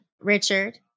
Richard